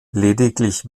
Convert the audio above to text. lediglich